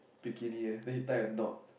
bikini eh then he tie a knot